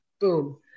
boom